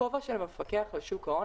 הכובע של המפקח על שוק ההון,